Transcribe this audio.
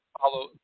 follow